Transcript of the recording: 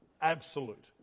absolute